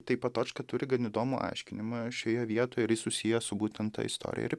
tai patočka turi gan įdomų aiškinimą šioje vietoje ir jis susijęs su būtent ta istorija ir